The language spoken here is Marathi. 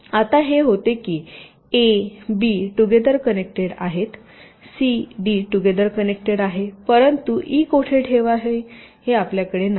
आता हे होते की हे ए बी टुगेदर कनेक्टेड आहे c d टुगेदर कनेक्टेड आहे परंतु ई कोठे ठेवावे हे आपल्याकडे नाही